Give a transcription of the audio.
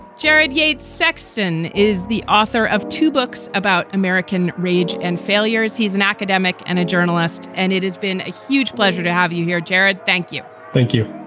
jared yate sexton is the author of two books about american rage and failures. he's an academic and a journalist. and it has been a huge pleasure to have you here, jared. thank you. thank you.